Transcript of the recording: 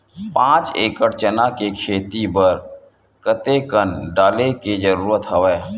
पांच एकड़ चना के खेती बर कते कन डाले के जरूरत हवय?